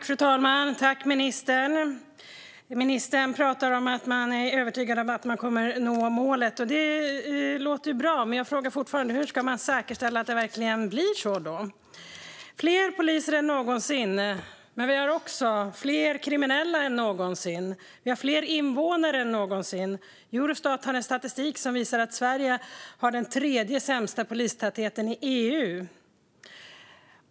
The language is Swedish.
Fru talman! Ministern pratar om att man är övertygad om att man kommer att nå målet. Det låter ju bra, men jag frågar fortfarande hur man ska säkerställa att det verkligen blir så. Vi har fler poliser än någonsin, men vi har också fler kriminella än någonsin. Vi har fler invånare än någonsin. Eurostat har statistik som visar att Sverige har den tredje sämsta polistätheten i EU.